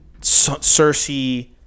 Cersei